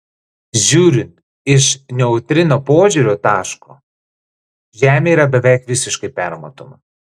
žiūrint iš neutrino požiūrio taško žemė yra beveik visiškai permatoma